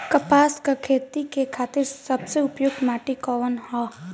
कपास क खेती के खातिर सबसे उपयुक्त माटी कवन ह?